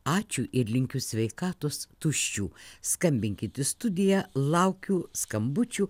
ačiū ir linkiu sveikatos tuščių skambinkit į studiją laukiu skambučių